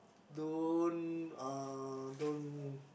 don't uh don't